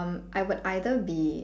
I would either be